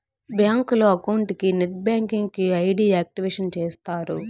బ్యాంకులో అకౌంట్ కి net banking కి ఐ.డి యాక్టివేషన్ చేస్తారు